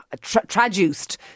traduced